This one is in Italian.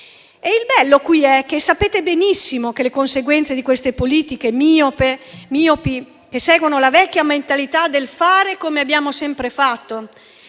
Il bello qui è che sapete benissimo che le conseguenze di queste politiche miopi - politiche che seguono la vecchia mentalità del fare come abbiamo sempre fatto,